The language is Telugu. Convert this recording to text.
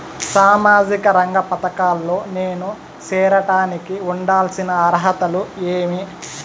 సామాజిక రంగ పథకాల్లో నేను చేరడానికి ఉండాల్సిన అర్హతలు ఏమి?